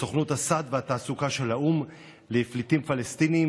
סוכנות הסעד והתעסוקה של האו"ם לפליטים פלסטינים.